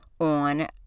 on